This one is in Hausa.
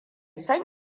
san